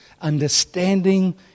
understanding